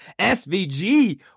SVG